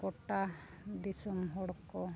ᱜᱳᱴᱟ ᱫᱤᱥᱚᱢ ᱦᱚᱲ ᱠᱚ